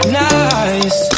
nice